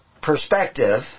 perspective